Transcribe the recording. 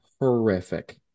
horrific